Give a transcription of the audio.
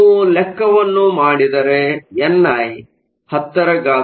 ನೀವು ಲೆಕ್ಕವನ್ನು ಮಾಡಿದರೆ ಎನ್ ಐ 1010